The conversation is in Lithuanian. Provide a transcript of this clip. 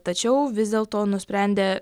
tačiau vis dėlto nusprendę